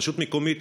רשות מקומית,